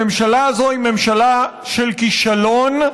הממשלה הזאת היא ממשלה של כישלון,